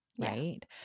right